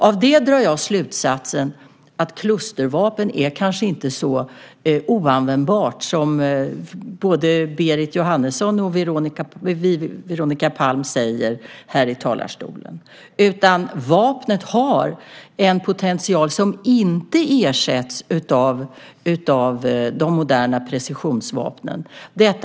Av det drar jag slutsatsen att klustervapen kanske inte är så oanvändbara som både Berit Jóhannesson och Veronica Palm säger här i talarstolen. Vapnet har en potential som inte ersätts av de moderna precisionsvapnen.